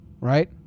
right